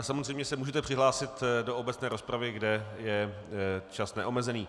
Samozřejmě se můžete přihlásit do obecné rozpravy, kde je čas neomezený.